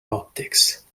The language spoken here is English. optics